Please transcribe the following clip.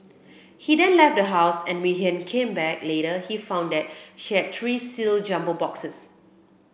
he then left the house and we came back later he found that she had three sealed jumbo boxes